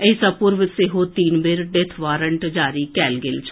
एहि सँ पूर्व सेहो तीन बेर डेथ वारंट जारी कयल गेल छल